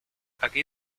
aquí